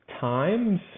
times